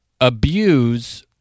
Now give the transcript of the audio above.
abuse